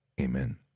amen